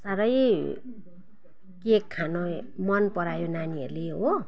साह्रै केक खान मनपरायो नानीहरूले हो